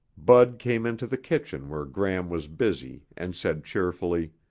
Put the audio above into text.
bud came into the kitchen where gram was busy and said cheerfully,